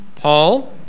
Paul